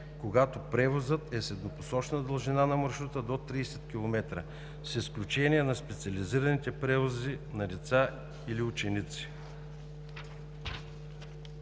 когато превозът е с еднопосочна дължина на маршрута до 30 км, с изключение на специализираните превози на деца и/или ученици.